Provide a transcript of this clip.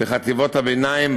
בחטיבות הביניים,